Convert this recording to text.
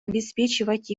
обеспечивать